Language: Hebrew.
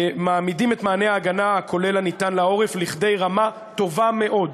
מעמידים את מענה ההגנה הכולל הניתן לעורף ברמה טובה מאוד.